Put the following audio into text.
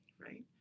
right